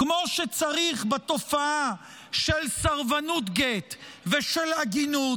כמו שצריך, בתופעה של סרבנות גט ושל עגינות,